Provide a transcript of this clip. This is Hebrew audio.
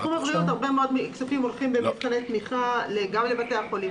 בתחום הבריאות הרבה מאוד כספים הולכים במבחני תמיכה גם לבתי החולים,